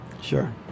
Sure